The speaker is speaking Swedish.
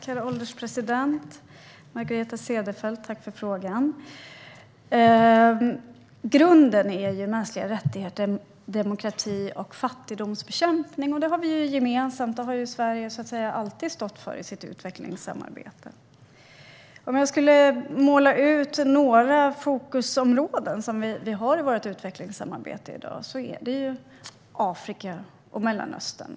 Herr ålderspresident! Tack för frågan, Margareta Cederfelt! Grunden är ju mänskliga rättigheter, demokrati och fattigdomsbekämpning. Den har vi gemensam, och det har Sverige alltid stått för i sitt utvecklingssamarbete. Några fokusområden i våra utvecklingssamarbeten som vi har i dag är Afrika och Mellanöstern.